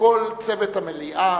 וכל צוות המליאה,